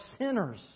sinners